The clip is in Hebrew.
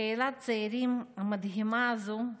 קהילת הצעירים המדהימה הזו,